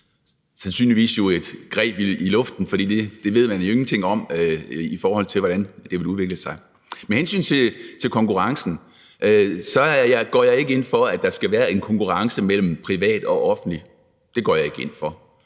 sandsynligvis et greb i luften, for det ved man jo ingenting om, i forhold til hvordan det vil udvikle sig. Med hensyn til konkurrence går jeg ikke ind for, at der skal være konkurrence mellem privat og offentlig – det går jeg ikke ind for.